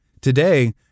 Today